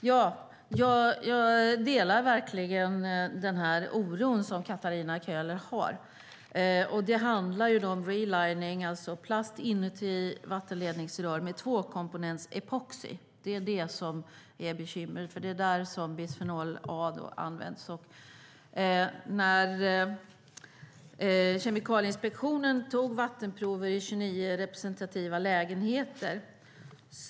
Herr talman! Jag delar verkligen den oro som Katarina Köhler har. Det handlar om relining, alltså plast inuti vattenledningsrör, tvåkomponentsepoxi. Det är det som är bekymret. Det är i den metoden som bisfenol A används. Kemikalieinspektionen tog vattenprover i 29 representativa lägenheter.